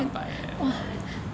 三百 eh !walao!